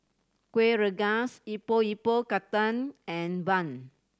Kueh Rengas Epok Epok Kentang and bun